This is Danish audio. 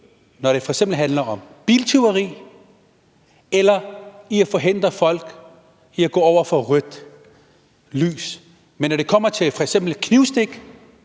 når det f.eks. handler om biltyveri eller at forhindre folk i at gå over for rødt lys, men når det kommer til f.eks.